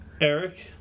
Eric